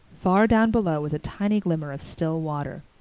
far down below was a tiny glimmer of still water.